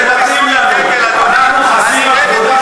אני נגד ביזוי הדגל, אדוני.